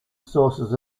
sources